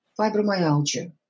fibromyalgia